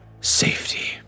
safety